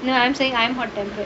no I'm saying I'm hot tempered